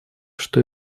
что